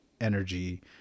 energy